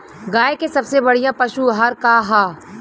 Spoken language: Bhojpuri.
गाय के सबसे बढ़िया पशु आहार का ह?